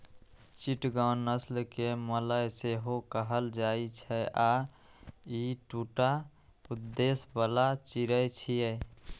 चिटगांव नस्ल कें मलय सेहो कहल जाइ छै आ ई दूटा उद्देश्य बला चिड़ै छियै